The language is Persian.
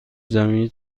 زمینی